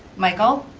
michael?